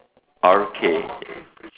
R K